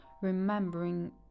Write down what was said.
remembering